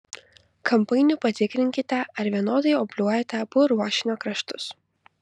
kampainiu patikrinkite ar vienodai obliuojate abu ruošinio kraštus